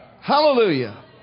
Hallelujah